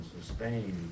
sustain